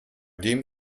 dem